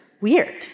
weird